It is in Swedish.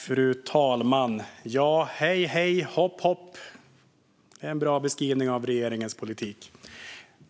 Fru talman! Hej, hej, hopp, hopp är en bra beskrivning av regeringens politik.